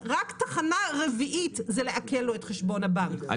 רק תחנה רביעית זה לעקל לו את חשבון הבנק.